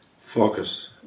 focus